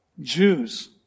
Jews